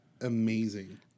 amazing